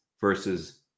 versus